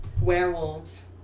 werewolves